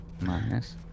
minus